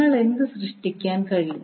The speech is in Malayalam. നിങ്ങൾക്ക് എന്ത് സൃഷ്ടിക്കാൻ കഴിയും